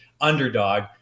underdog